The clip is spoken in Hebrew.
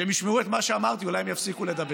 כשהם ישמעו את מה שאמרתי, אולי הם יפסיקו לדבר.